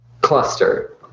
Cluster